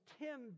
ten